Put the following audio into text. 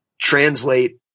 translate